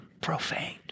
profane